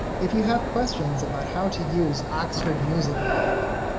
if you have questions about how to use oxford music online,